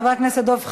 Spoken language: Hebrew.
חבר הכנסת דב חנין.